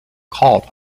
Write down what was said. caught